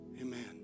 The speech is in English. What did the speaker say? Amen